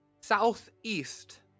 southeast